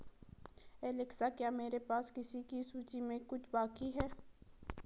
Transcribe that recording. Alexa क्या मेरे पास किसी की सूची में कुछ बाकी है